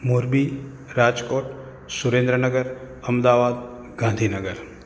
Morbi Rajkot Surendranagar Ahmedabad Gandhinagar